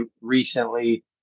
recently